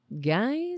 Guys